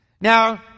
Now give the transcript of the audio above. Now